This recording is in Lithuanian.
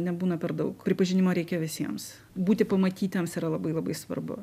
nebūna per daug pripažinimo reikia visiems būti pamatytiems yra labai labai svarbu